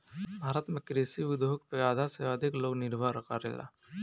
भारत में कृषि उद्योग पे आधा से अधिक लोग निर्भर करेला